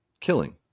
killing